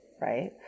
Right